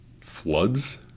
Floods